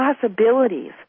possibilities